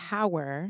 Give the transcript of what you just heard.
Power